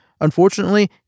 Unfortunately